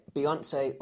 Beyonce